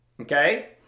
okay